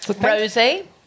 Rosie